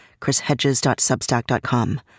chrishedges.substack.com